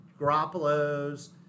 Garoppolo's